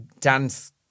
dance